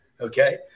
Okay